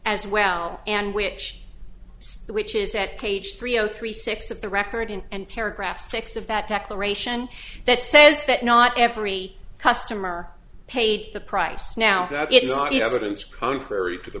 as well and which which is at page three zero three six of the record in and paragraph six of that declaration that says that not every customer paid the price now that it's not evidence contrary to the